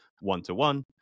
one-to-one